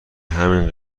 همین